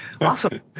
Awesome